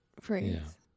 phrase